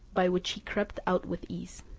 by which he crept out with ease.